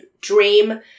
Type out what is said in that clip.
dream